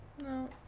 No